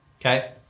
okay